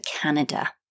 Canada